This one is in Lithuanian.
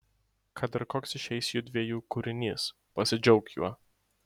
kad ir koks išeis judviejų kūrinys pasidžiauk juo